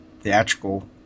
theatrical